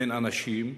בין אנשים,